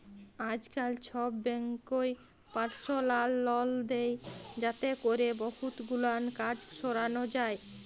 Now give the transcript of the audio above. আইজকাল ছব ব্যাংকই পারসলাল লল দেই যাতে ক্যরে বহুত গুলান কাজ সরানো যায়